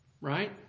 Right